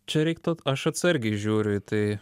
čia reiktų aš atsargiai žiūriu į tai